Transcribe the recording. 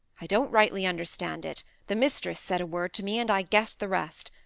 i don't rightly understand it the mistress said a word to me, and i guessed the rest.